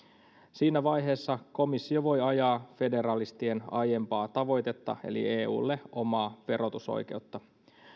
siinä vaiheessa komissio voi ajaa federalistien aiempaa tavoitetta eli eulle omaa verotusoikeutta